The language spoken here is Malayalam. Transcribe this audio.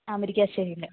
ആ മുരിക്കാശ്ശേരിയിൽ